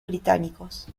británicos